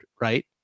right